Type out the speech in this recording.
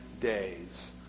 days